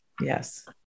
Yes